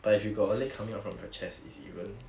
but if you got a leg coming out from your chest is even